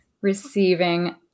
Receiving